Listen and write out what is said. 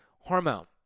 hormone